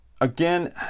again